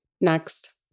next